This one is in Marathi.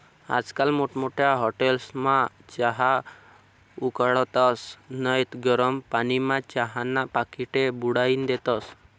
आजकाल मोठमोठ्या हाटेलस्मा चहा उकाळतस नैत गरम पानीमा चहाना पाकिटे बुडाईन देतस